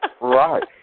Right